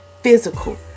physical